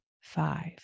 five